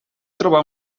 trobar